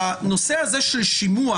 הנושא הזה של שימוע